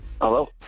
Hello